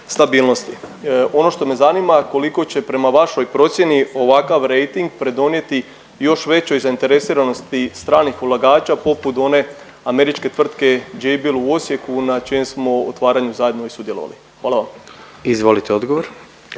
stabilnosti. Ono što me zanima koliko će prema vašoj procjeni ovakav rejting pridonijeti još većoj zainteresiranosti stranih ulagača poput one američke tvrtke Jabil u Osijeku na čijem smo otvaranju zajedno i sudjelovali? Hvala vam. **Jandroković,